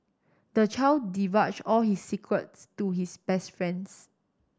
the child divulged all his secrets to his best friends